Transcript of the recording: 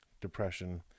Depression